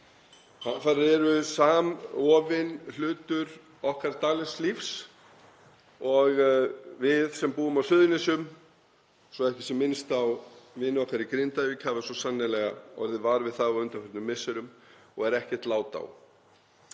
Hamfarir eru samofin hlutur okkar daglega lífs og við sem búum á Suðurnesjum, svo ekki sé minnst á vini okkar í Grindavík, höfum svo sannarlega orðið vör við það á undanförnum misserum og er ekkert lát á.